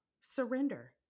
surrender